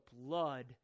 blood